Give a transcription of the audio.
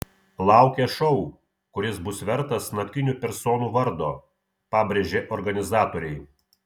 laukia šou kuris bus vertas naktinių personų vardo pabrėžė organizatoriai